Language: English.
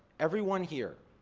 everyone here.